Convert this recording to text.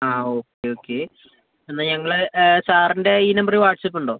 ആ okay okay എന്നാൽ ഞങ്ങൾ സാറിൻ്റെ ഈ നമ്പറിൽ വാട്ട്സ്ആപ്പ് ഉണ്ടോ